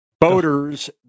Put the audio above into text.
Boaters